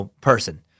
person